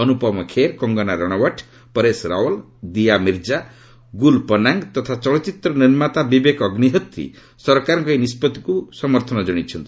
ଅନୁପମ୍ ଖେର୍ କଙ୍ଗନା ରଣାଓ୍ୱତ୍ ପରେଶ ରାୱଲ୍ ଦୀୟା ମିର୍ଜା ଗୁଲ୍ ପନାଙ୍ଗ ତଥା ଚଳଚ୍ଚିତ୍ର ନିର୍ମାତା ବିବେକ ଅଗ୍ନିହୋତ୍ରୀ ସରକାରଙ୍କ ଏହି ନିଷ୍ପଭି ପ୍ରତି ସମର୍ଥନ ଜଣାଇଛନ୍ତି